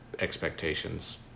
expectations